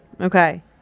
Okay